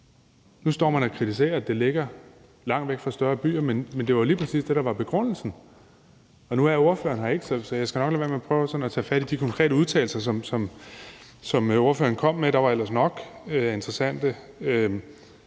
Nu står man og kritiserer, at det ligger langt væk fra større byer, men det var lige præcis det, der var begrundelsen. Nu er ordføreren her ikke, så jeg skal nok lade være med at tage fat i de konkrete udtalelser, som ordføreren kom med. Der var ellers nok interessante